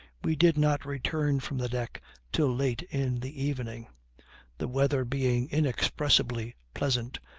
we did not return from the deck till late in the evening the weather being inexpressibly pleasant,